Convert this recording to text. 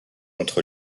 entre